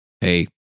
hey